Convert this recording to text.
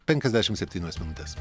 penkiasdešim septynios minutės